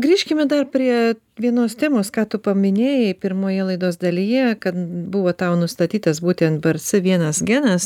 grįžkime dar prie vienos temos ką tu paminėjai pirmoje laidos dalyje kad buvo tau nustatytas būtent brc vienas genas